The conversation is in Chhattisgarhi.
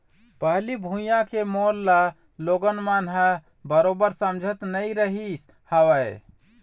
पहिली भुइयां के मोल ल लोगन मन ह बरोबर समझत नइ रहिस हवय